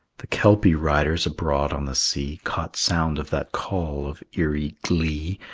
the kelpie riders abroad on the sea caught sound of that call of eerie glee,